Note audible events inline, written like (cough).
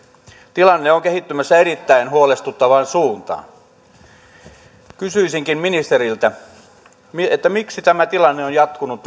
tilanne on kehittymässä erittäin huolestuttavaan suuntaan kysyisinkin ministeriltä miksi tämä tilanne on jatkunut (unintelligible)